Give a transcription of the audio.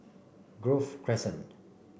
Grove Crescent